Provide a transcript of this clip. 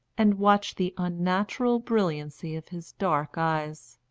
and watched the unnatural brilliancy of his dark eyes.